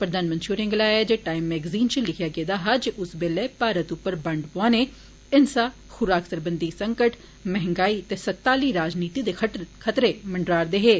प्रधानमंत्री होरें गलाया जे टाइम मैगजीन च लिखेआ गेआ हा जे उस वेल्लै भारत उप्पर बंड पौआने हिंसा खुराक सरबंघी संकट महंगाई ते सत्ता आली राजनीति दे खतरे मंडरा रदे हे